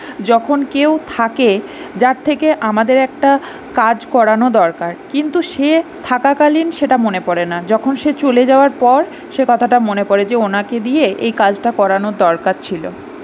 যখন কেউ থাকে যার থেকে আমাদের একটা কাজ করানো দরকার কিন্তু সে থাকাকালীন সেটা মনে পড়ে না যখন সে চলে যাওয়ার পর সে কথাটা মনে পড়ে যে ওঁকে দিয়ে এই কাজটা করানোর দরকার ছিলো